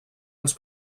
els